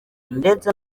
ndetse